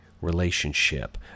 relationship